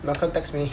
malcolm text me